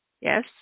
Yes